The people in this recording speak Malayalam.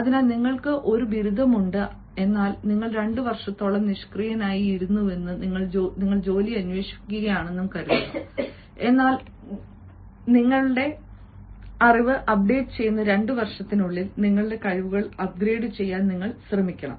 അതിനാൽ നിങ്ങൾക്ക് ഒരു ബിരുദം ഉണ്ട് എന്നാൽ നിങ്ങൾ 2 വർഷത്തോളം നിഷ്ക്രിയമായി ഇരുന്നുവെന്നും നിങ്ങൾ ജോലി അന്വേഷിക്കുകയാണെന്നും കരുതുക എന്നാൽ നിങ്ങളുടെ അറിവ് അപ്ഡേറ്റുചെയ്യുന്ന 2 വർഷത്തിനുള്ളിൽ നിങ്ങളുടെ കഴിവുകൾ അപ്ഗ്രേഡുചെയ്യാൻ ശ്രമിക്കുന്നു